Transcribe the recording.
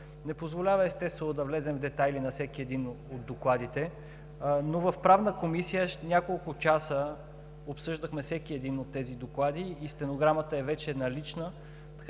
не позволява, естествено, да влезем в детайли на всеки от докладите, но в Правната комисия няколко часа обсъждахме всеки един от тези доклади и стенограмата е вече налична,